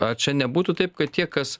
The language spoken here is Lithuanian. ar čia nebūtų taip kad tie kas